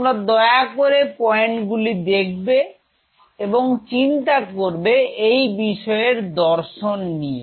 তোমরা দয়া করে পয়েন্টগুলি দেখবে এবং চিন্তা করবে এই বিষয়ের দর্শন নিয়ে